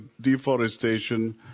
deforestation